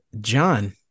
John